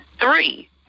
Three